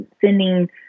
sending